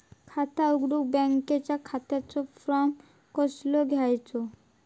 खाता उघडुक बँकेच्या खात्याचो फार्म कसो घ्यायचो?